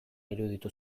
iruditu